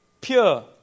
pure